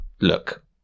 Look